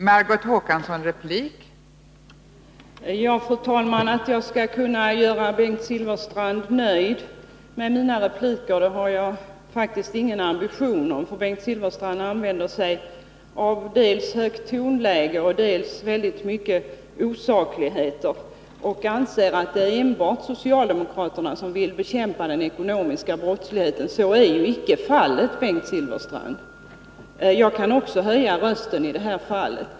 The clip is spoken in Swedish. Fru talman! Jag har faktiskt inga ambitioner att göra Bengt Silfverstrand nöjd med min replik. Bengt Silfverstrand använder sig av dels högt tonläge, dels väldigt mycket osakligheter. Han anser att det enbart är socialdemokraterna som vill bekämpa den ekonomiska brottsligheten. Så är ju icke fallet, Bengt Silfvestrand. Jag kan också höja rösten i det här fallet.